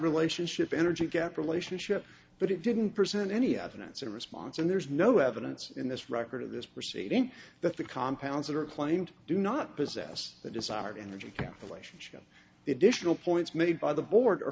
relationship energy gap relationship but it didn't present any evidence in response and there's no evidence in this record of this proceeding that the compounds are claimed do not possess the desired energy calculation chip the additional points made by the board